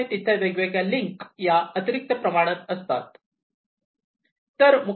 त्यामुळे तिथे वेगवेगळ्या लिंक या अतिरिक्त प्रमाणात असतात